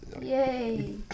Yay